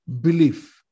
belief